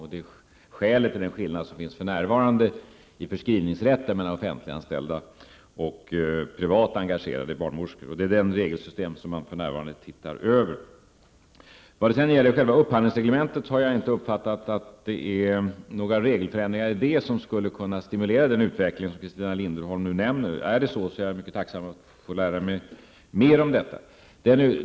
Det är skälet till den skillnad som finns för närvarande i förskrivningsrätten mellan offentliganställda och privat engagerade barnmorskor. Det är det regelsystem som nu ses över. Jag har inte uppfattat det så att några förändringar i själva upphandlingsreglementet skulle kunna stimulera den utveckling som Christina Linderholm nämner. Är det så, är jag mycket tacksam för att få lära mig mer om detta.